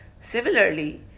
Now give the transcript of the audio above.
Similarly